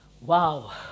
wow